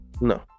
No